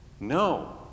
No